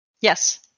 Yes